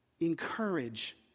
Encourage